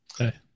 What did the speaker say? Okay